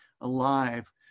alive